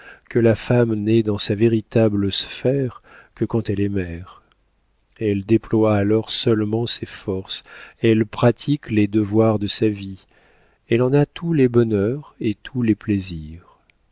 que la femme n'est dans sa véritable sphère que quand elle est mère elle déploie alors seulement ses forces elle pratique les devoirs de sa vie elle en a tous les bonheurs et tous les plaisirs